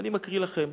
ואני מקריא לכם,